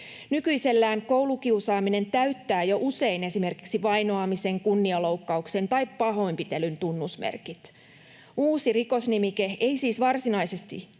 Nykyisellään koulukiusaaminen täyttää jo usein esimerkiksi vainoamisen, kunnianloukkauksen tai pahoinpitelyn tunnusmerkit. Uusi rikosnimike ei siis varsinaisesti toisi